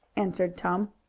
answered tom.